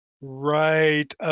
right